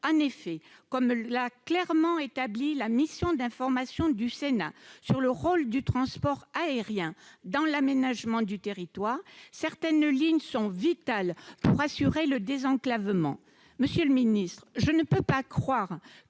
En effet, comme l'a clairement établi la mission d'information du Sénat sur le rôle du transport aérien dans l'aménagement du territoire, certaines lignes sont vitales pour assurer un désenclavement. Monsieur le secrétaire d'État, je ne peux pas croire